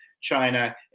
China